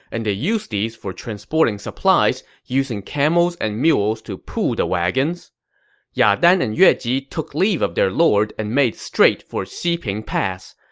and they used these for transporting supplies, using camels and mules to pull the wagons ya dan and yue ji took leave of their lord and made straight for xiping pass.